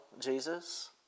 Jesus